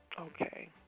Okay